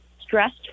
stressed